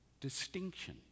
distinction